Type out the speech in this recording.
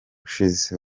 ushize